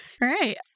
right